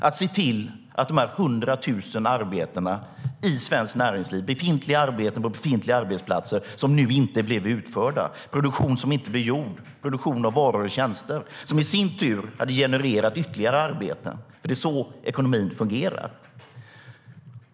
Det handlar om de 100 000 arbeten i svenskt näringsliv, befintliga arbeten på befintliga arbetsplatser, som nu inte har blivit utförda - produktion av varor och tjänster som inte har blivit utförd. De hade i sin tur genererat ytterligare arbeten. Det är så ekonomin fungerar.